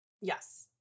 Yes